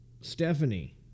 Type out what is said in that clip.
Stephanie